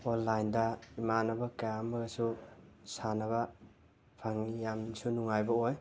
ꯑꯣꯟꯂꯥꯏꯟꯗ ꯏꯃꯥꯟꯅꯕ ꯀꯌꯥ ꯑꯃꯒꯁꯨ ꯁꯥꯟꯅꯕ ꯐꯪꯉꯤ ꯌꯥꯝꯅꯁꯨ ꯅꯨꯡꯉꯥꯏꯕ ꯑꯣꯏ